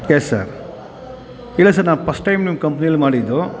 S sir ಇಲ್ಲ sir ನಾವು first time ನಿಮ್ಮ ಕಂಪ್ನಿಯಲ್ಲಿ ಮಾಡಿದ್ದು